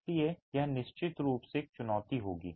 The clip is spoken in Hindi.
इसलिए यह निश्चित रूप से एक चुनौती होगी